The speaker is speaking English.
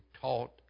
taught